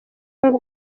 ngo